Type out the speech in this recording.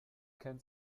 kennt